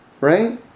right